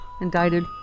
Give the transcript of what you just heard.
indicted